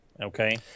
Okay